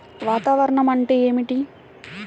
వాతావరణం అంటే ఏమిటి?